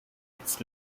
its